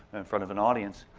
in front of an audience.